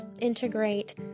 integrate